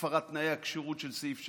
הפרת תנאי הכשירות של סעיף 6,